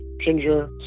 ginger